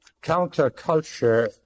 counterculture